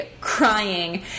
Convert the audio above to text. crying